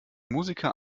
musiker